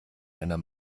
einer